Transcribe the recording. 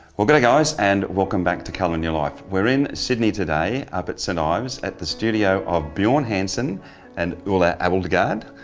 well g'day but guys and welcome back to color in your life. we're in sydney today up at saint ives, at the studio of bjorn hansen and ulla abildgaard.